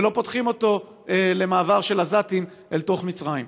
ולא פותחים אותו למעבר של עזתים אל תוך מצרים.